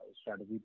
strategy